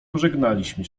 pożegnaliśmy